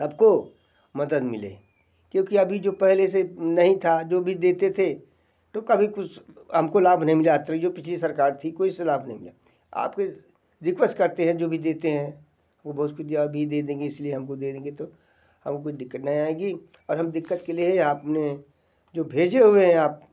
सब को मदद मिले क्योंकि अभी जो पहले से नहीं था जो भी देते थे तो कभी कुछ हम को लाभ नहीं मिला तो जो पिछली सरकार थी कोई से लाभ नहीं मिला आप से रिक्वेस्ट करते हैं जो भी देते हैं वो बहुत विद्या भी दे देंगे इस लिए हम को दे देंगे तो हम को डिक्कत नहीं आएगी और हम देख कर के लें हैं आप ने जो भेजे हुए हैं आप